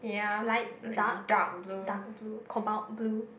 light dark dark blue cobalt blue